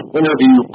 interview